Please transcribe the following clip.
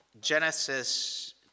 Genesis